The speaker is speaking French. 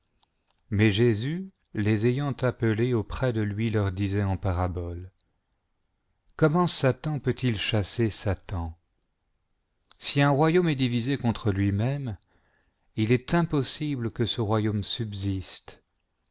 mais jésus les ayant appelés auprès de lui leur disait en parabole gomment sa tan peut-il chasser satan si un royaume est divisé contre lui-même il est impossible que ce royaume subsiste